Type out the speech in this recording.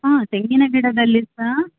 ಹಾಂ ತೆಂಗಿನ ಗಿಡದಲ್ಲಿ ಸಹ